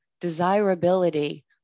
desirability